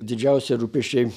didžiausi rūpesčiai